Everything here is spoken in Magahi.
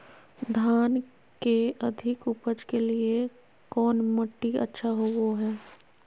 धान के अधिक उपज के लिऐ कौन मट्टी अच्छा होबो है?